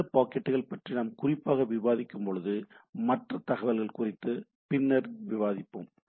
இந்த பாக்கெட்டுகள் பற்றி நாம் குறிப்பாக விவாதிக்கும்போது மற்ற தகவல்கள் குறித்து பின்னர் விவாதிப்போம்